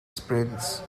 sprints